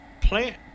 plant